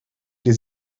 les